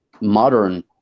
modern